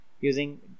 using